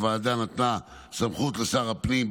הוועדה נתנה סמכות לשר הפנים,